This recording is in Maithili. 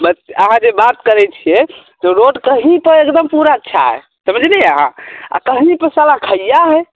अच्छा अहाँ जे बात करै छियै रोड कहीँ पर एकदम पूरा अच्छा यऽ समझलियै अहाँ कहीँ पर साला खैया है